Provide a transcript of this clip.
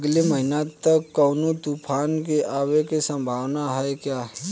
अगले महीना तक कौनो तूफान के आवे के संभावाना है क्या?